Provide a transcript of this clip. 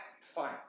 fine